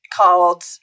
called